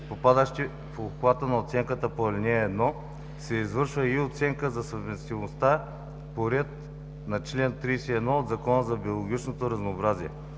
попадащи в обхвата на оценките по ал. 1, се извършва и оценка за съвместимостта по реда на чл. 31 от Закона за биологичното разнообразие.